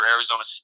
Arizona